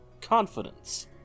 confidence